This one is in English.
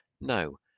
no